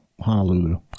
honolulu